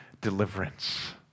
deliverance